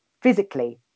physically